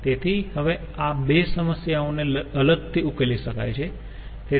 તેથી હવે આ બે સમસ્યાઓ ને અલગથી ઉકેલી શકાય છે